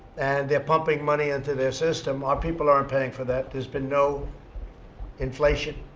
and they're pumping money into their system. our people aren't paying for that. there's been no inflation.